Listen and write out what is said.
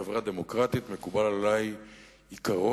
בחברה דמוקרטית מקובל עלי עקרון